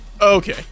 Okay